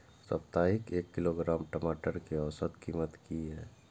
साप्ताहिक एक किलोग्राम टमाटर कै औसत कीमत किए?